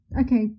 okay